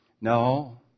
No